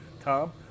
Tom